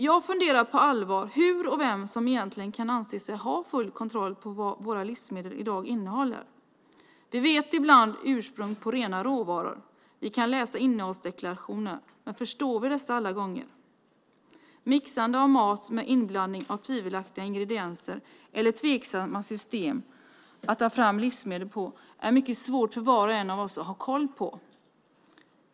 Jag funderar på allvar på hur man och vem som egentligen kan anse sig ha full kontroll på vad våra livsmedel i dag innehåller. Vi vet ibland ursprunget för rena råvaror. Vi kan läsa innehållsdeklarationen. Men förstår vi dessa alla gånger? Mixande av mat med inblandning av tvivelaktiga ingredienser eller tveksamma system för att ta fram livsmedel är mycket svårt för var och en av oss att ha koll på.